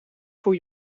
voor